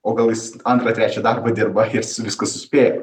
o gal jis antrą trečią darbą dirba jis viską suspėja